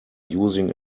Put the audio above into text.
using